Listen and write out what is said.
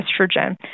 estrogen